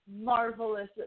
marvelous